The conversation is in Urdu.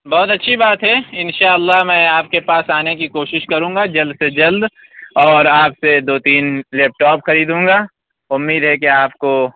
بہت اچھی بات ہے اِنشاء اللہ میں آپ کے پاس آنے کی کوشش کروں گا جلد سے جلد اور آپ سے دو تین لیپ ٹاپ خریدوں گا اُمید ہے کہ آپ کو